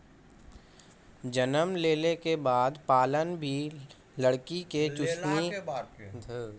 जन्म लेला के बाद पालना भी लकड़ी के, चुसनी भी लकड़ी के, रहै वाला घर मॅ भी लकड़ी के उपयोग